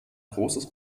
großes